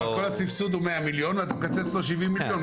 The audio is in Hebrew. אבל כל הסבסוד הוא 100 מיליון ואתה מקצץ לו 70 מיליון.